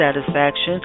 satisfaction